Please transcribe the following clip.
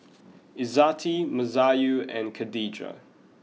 Izzati Masayu and Khadija